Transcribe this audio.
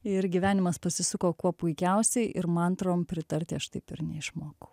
ir gyvenimas pasisuko kuo puikiausiai ir mantrom pritarti aš taip ir neišmokau